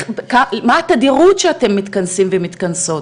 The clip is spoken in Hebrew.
מה התדירות בה אתם מתכנסים ומתכנסות.